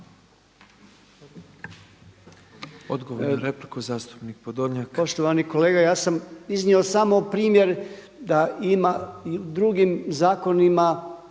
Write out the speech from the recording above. Odgovor na repliku zastupnik Podolnjak.